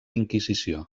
inquisició